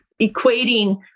equating